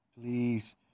Please